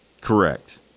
Correct